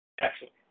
Excellent